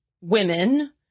women